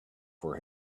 for